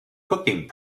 cooking